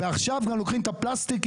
ועכשיו גם לוקחים את הפלסטיק,